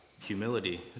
humility